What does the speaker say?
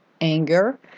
anger